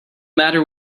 matter